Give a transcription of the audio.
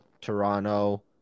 toronto